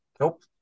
Nope